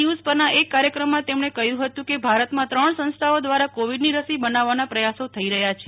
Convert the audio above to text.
news પરના એક કાર્યક્રમમાં તેમણે કહ્યું કે ભારતમાં ત્રણ સંસ્થાઓ દ્વારા કોવિડની રસી બનાવવાના પ્રયાસો થઈ રહ્યા છે